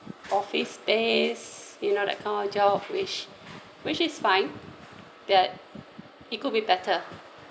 office space you know that kind of job which which is fine but it could be better